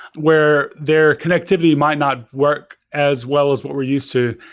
where their connectivity might not work as well as what we're used to.